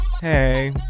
Hey